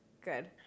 Good